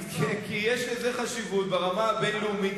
כי יש לזה חשיבות ברמה הבין-לאומית,